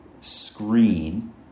screen